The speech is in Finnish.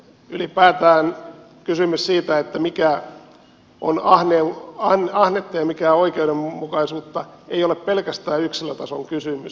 ylipäätään kysymys siitä mikä on ahneutta ja mikä oikeudenmukaisuutta ei ole pelkästään yksilötason kysymys